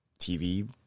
TV